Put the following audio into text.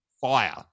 fire